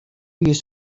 hiest